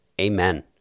amen